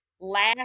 Last